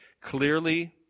clearly